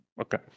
Okay